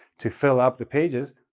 to fill up the pages,